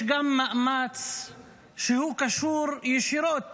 יש גם מאמץ שקשור ישירות